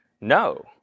No